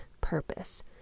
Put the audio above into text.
purpose